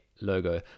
logo